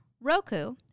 Roku